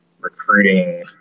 recruiting